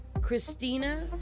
Christina